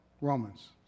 Romans